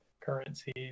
currencies